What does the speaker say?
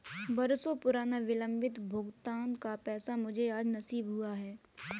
बरसों पुराना विलंबित भुगतान का पैसा मुझे आज नसीब हुआ है